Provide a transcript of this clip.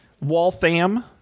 Waltham